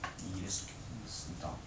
yes means dumb